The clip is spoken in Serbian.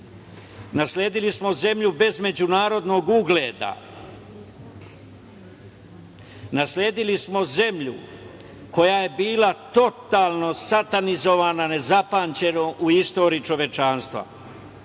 Nasledili smo zemlju bez međunarodnog ugleda. Nasledili smo zemlju koja je bila totalno satanizovana, nezapamćeno u istoriji čovečanstva.